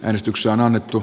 äänestykseen annettu